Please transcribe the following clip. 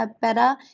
better